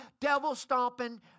devil-stomping